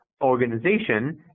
organization